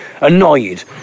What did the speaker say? annoyed